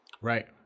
Right